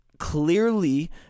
Clearly